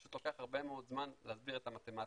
פשוט לוקח הרבה מאוד זמן להסביר את המתמטיקה.